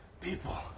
People